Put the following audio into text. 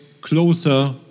closer